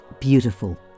Beautiful